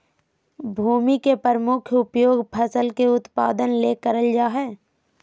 भूमि के प्रमुख उपयोग फसल के उत्पादन ले करल जा हइ